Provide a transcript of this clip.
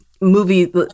movie